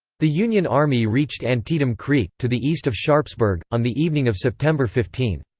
the union army reached antietam creek, to the east of sharpsburg, on the evening of september fifteen.